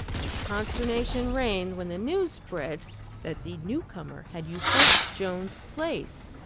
and consternation reigned when the news spread that the newcomer had usurped joan's place.